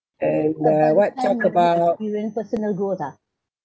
and uh what talk about